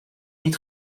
niet